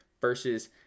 versus